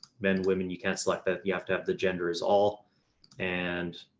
men, women, you can't select that you have to have the gender is all and